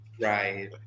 Right